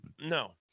No